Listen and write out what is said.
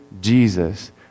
Jesus